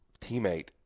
teammate